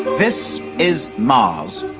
this is mars.